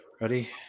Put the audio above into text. Ready